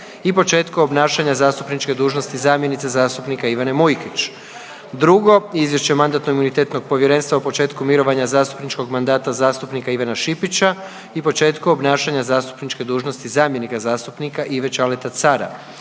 i početku obnašanja zastupničke dužnosti zamjenice zastupnika Ivane Mujkić. Drugo, izvješće Mandatno-imunitetnog povjerenstva o početku mirovanja zastupničkog mandata zastupnika Ivana Šipića i početku obnašanja zastupničke dužnosti zamjenika zastupnika Ive Čaleta Cara.